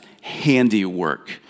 handiwork